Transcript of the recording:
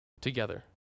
together